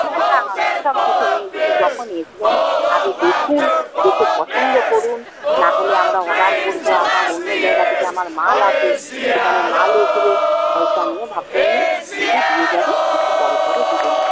না না সব কিছু নেই দিদি যখন আসবেন আগে দেখুন দেখে পছন্দ করুন নাহলে আমরা অর্ডার করব আপনার অন্য জায়গা থেকে আমার মাল আসে সেখানে মাল এসবে পয়সা নিয়ে ভাববেন না কিছু দিয়ে যাবেন কিছু পরে পরে দেবেন